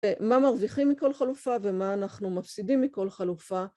מה מרוויחים מכל חלופה ומה אנחנו מפסידים מכל חלופה.